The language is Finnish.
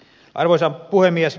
arvoisa puhemies